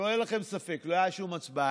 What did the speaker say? שלא יהיה לכם ספק, לא הייתה שום הצבעה.